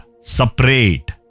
separate